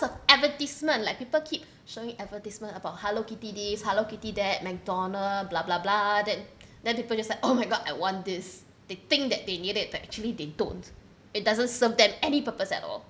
the advertisement like people keep showing advertisement about hello kitty this hello kitty that McDonald's blah blah blah then then people just like oh my god I want this they think that they need it but actually they don't it doesn't serve them any purpose at all